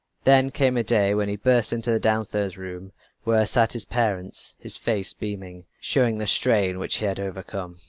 then came a day when he burst in to the downstairs room where sat his parents, his face beaming showing the strain which he had overcome.